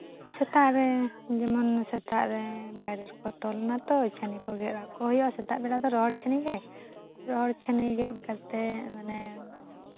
ᱥᱮᱛᱟᱜ ᱨᱮ ᱡᱮᱢᱚᱱ ᱥᱮᱛᱟᱜ ᱨᱮ ᱵᱟᱭᱨᱮ ᱨᱮᱠᱚ ᱛᱚᱞ ᱱᱟᱛᱚ ᱪᱷᱟᱹᱱᱤ ᱠᱚ ᱜᱮᱫ ᱟᱠᱚ ᱦᱩᱭᱩᱜ ᱟᱛᱚ ᱥᱮᱛᱟᱜ ᱵᱮᱲᱟ ᱫᱚ ᱨᱚᱦᱚᱲ ᱪᱷᱟᱹᱱᱤᱜᱮ ᱨᱚᱦᱚᱲ ᱪᱷᱟᱹᱱᱤ ᱜᱮᱫ ᱠᱟᱛᱮᱫ ᱢᱟᱱᱮ